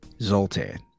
Zoltan